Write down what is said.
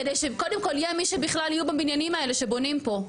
כדי שקודם כל יהיה מי שבכלל יהיו בבניינים האלה שבונים פה.